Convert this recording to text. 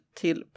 till